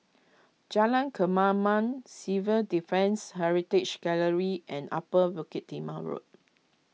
Jalan Kemaman Civil Defence Heritage Gallery and Upper Bukit Timah Road